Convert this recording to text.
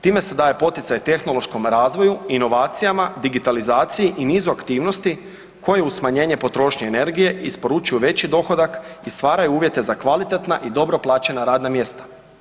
Time se daje poticaj tehnološkom razvoju, inovacijama, digitalizaciji i nizu aktivnosti koje uz smanjenje potrošnje energije isporučuju veći dohodak i stvaraju uvjete za kvalitetna i dobro plaćena radna mjesta.